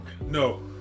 No